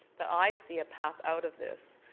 that i see a path out of this.